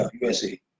USA